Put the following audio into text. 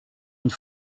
une